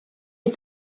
est